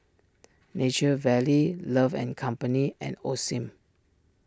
Nature Valley Love and company and Osim